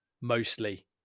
mostly